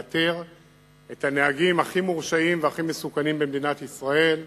לאתר את הנהגים הכי מורשעים והכי מסוכנים במדינת ישראל.